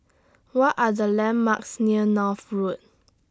What Are The landmarks near North Road